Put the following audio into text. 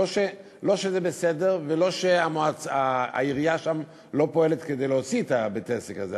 לא שזה בסדר ולא שהעירייה שם לא פועלת כדי להוציא את בית-העסק הזה,